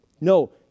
No